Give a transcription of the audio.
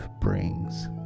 brings